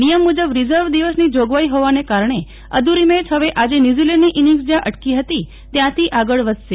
નિયમ મુજબ રિઝર્વ દિવસની જોગવાઈ હોવાને કારણે અધૂરી મેચ હવે આજે ન્યૂઝીલેન્ડની ઇનિંગ્સ જ્યાં અટકી હતી ત્યાંથી આગળ વધશે